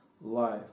life